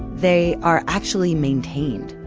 they are actually maintained.